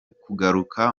kugaruka